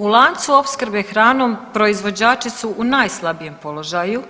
U lancu opskrbe hranom proizvođači su u najslabijem položaju